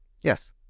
yes